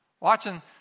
watching